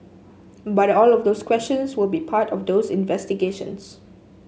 but all of those questions will be part of those investigations